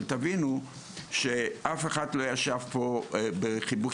אבל תבינו שאף אחד לא ישב פה בחיבוק